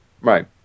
Right